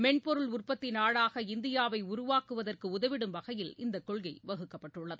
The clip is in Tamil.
மென்பொருள் உற்பத்தி நாடாக இந்தியாவை உருவாக்குவதற்கு உதவிடும் வகையில் இந்த கொள்கை வகுக்கப்பட்டுள்ளது